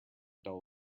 dull